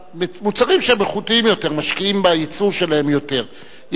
משקיעים בייצור שלהם יותר,